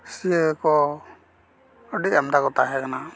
ᱥᱤᱭᱟᱹ ᱠᱚ ᱟᱹᱰᱤ ᱟᱢᱫᱟ ᱠᱚ ᱛᱟᱦᱮᱸ ᱠᱟᱱᱟ